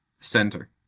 Center